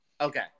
Okay